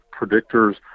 predictors